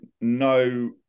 no